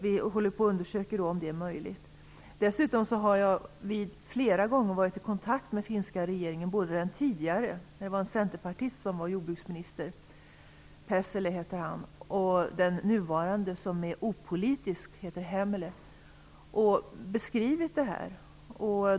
Vi håller på att undersöka om detta är möjligt. Jag har dessutom flera gånger varit i kontakt med den finska regeringen - både med den tidigare centerpartistiske jordbruksministern Pesälä och med den nuvarande opolitiske jordbruksministern Hämälä - och beskrivit läget.